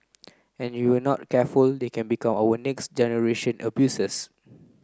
and you are not careful they can become our next generation of abusers